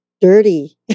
Dirty